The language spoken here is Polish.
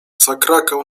zakrakał